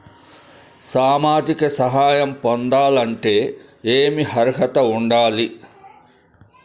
సామాజిక సహాయం పొందాలంటే ఏమి అర్హత ఉండాలి?